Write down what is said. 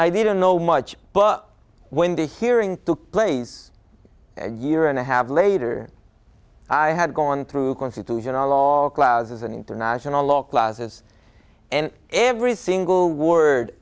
i didn't know much but when the hearing two plays a year and a half later i had gone through constitutional law classes and international law classes and every single word